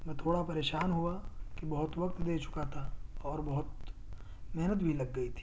میں تھوڑا پریشان ہوا کہ بہت وقت دے چکا تھا اور بہت محنت بھی لگ گئی تھی